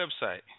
website